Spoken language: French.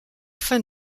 fin